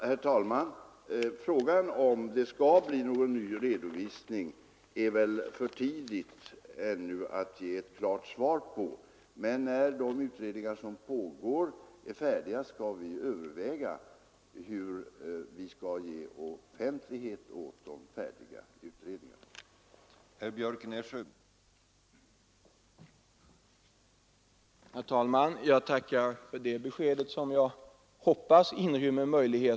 Herr talman! Det är ännu för tidigt att ge klart svar på frågan om det skall bli någon ny redovisning. Men när de utredningar som pågår är färdiga skall vi överväga hur vi skall ge offentlighet åt resultaten av dem.